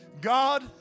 God